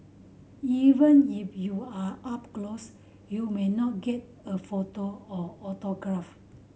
even if you are up close you may not get a photo or autograph